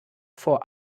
for